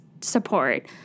support